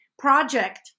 project